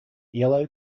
yellow